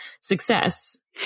success